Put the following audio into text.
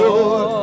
Lord